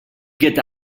get